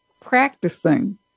practicing